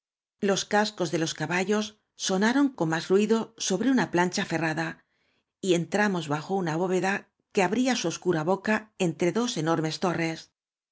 los cascos de los caballos sonaron con más ru i do sobre una plancha ferrada y entramos bajo uoa bóveda que abría su oscura boca entre dos enormes torres